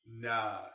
Nah